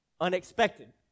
unexpected